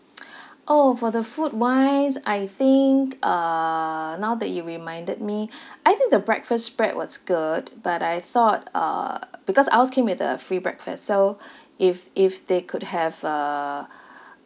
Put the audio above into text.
orh for the food wise I think uh now that you reminded me I think the breakfast spread was good but I thought uh because ours came with the free breakfast so if if they could have a